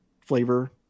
flavor